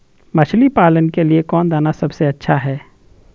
मछली पालन के लिए कौन दाना सबसे अच्छा है?